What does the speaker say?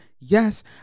Yes